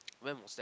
when was that